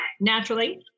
naturally